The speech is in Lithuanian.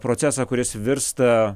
procesą kuris virsta